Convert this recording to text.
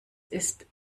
ist